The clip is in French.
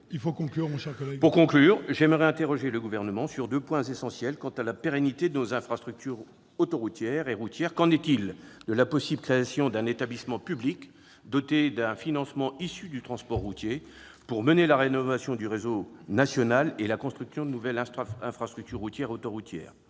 Pour conclure, je souhaite interroger le Gouvernement sur deux points essentiels qui touchent à la pérennité de nos infrastructures autoroutières et routières. Premièrement, qu'en est-il de la possible création d'un établissement public doté d'un financement issu du transport routier pour mener la rénovation du réseau national et la construction de nouvelles infrastructures routières et autoroutières ?